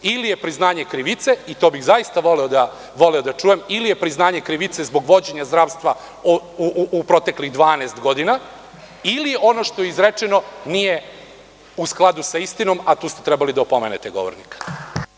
Ili je priznanje krivice, i to bih zaista voleo da čujem, zbog vođenja zdravstva u proteklih 12 godina, ili ono što je izrečeno nije u skladu sa istinom, a tu ste trebali da opomenete govornika.